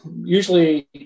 usually